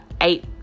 eight